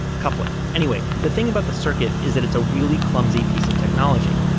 coupling. anyway, the thing about the circuit is that it's a really clumsy piece of technology.